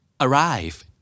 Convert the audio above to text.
Arrive